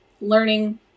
learning